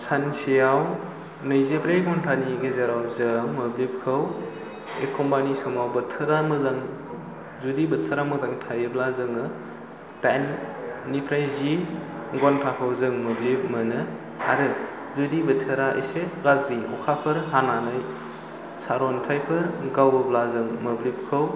सानसेयाव नैजिब्रै घन्टानि गेजेराव जों मोब्लिबखौ एखम्बानि समाव बोथोरा मोजां जुदि बोथोरा मोजां थायोब्ला जोङो डाइननिफ्राय जि घन्टाखौ जों मोब्लिब मोनो आरो जुदि बोथोरा एसे गाज्रि अखाफोर हानानै सारअन्थाइफोर गावोब्ला जों मोब्लिबखौ